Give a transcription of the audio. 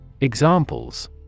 Examples